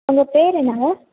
உங்கள் பேர் என்னங்க